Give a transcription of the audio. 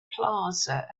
plaza